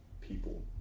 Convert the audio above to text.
people